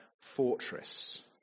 fortress